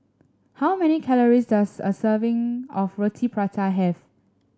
how many calories does a serving of Roti Prata have